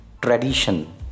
tradition